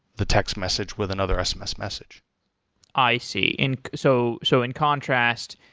the text message with another sms message i see. in so so in contrast,